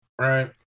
right